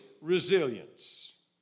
resilience